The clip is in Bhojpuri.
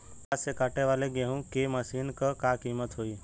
हाथ से कांटेवाली गेहूँ के मशीन क का कीमत होई?